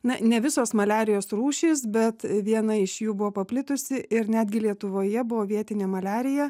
na ne visos maliarijos rūšys bet viena iš jų buvo paplitusi ir netgi lietuvoje buvo vietinė maliarija